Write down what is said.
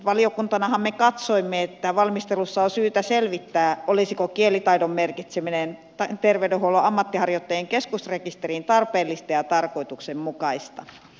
valiokuntanahan me katsoimme että valmistelussa on syytä selvittää olisiko kielitaidon merkitseminen terveydenhuollon ammatinharjoittajien keskusrekisteriin tarpeellista ja tarkoituksenmukaista